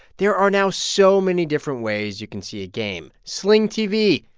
there are now so many different ways you can see a game sling tv,